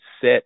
set